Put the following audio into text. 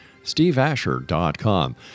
SteveAsher.com